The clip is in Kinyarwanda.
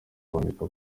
kwandika